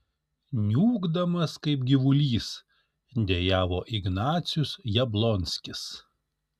niūkdamas kaip gyvulys dejavo ignacius jablonskis